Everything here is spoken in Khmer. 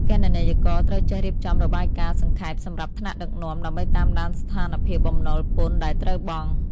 គណនេយ្យករត្រូវចេះរៀបចំរបាយការណ៍សង្ខេបសម្រាប់ថ្នាក់ដឹកនាំ ដើម្បីតាមដានស្ថានភាពបំណុលពន្ធដែលត្រូវបង់។